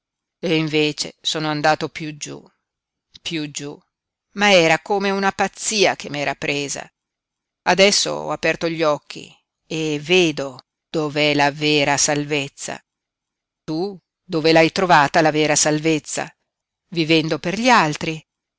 e invece sono andato piú giú piú giú ma era come una pazzia che m'era presa adesso ho aperto gli occhi e vedo dov'è la vera salvezza tu dove l'hai trovata la vera salvezza vivendo per gli altri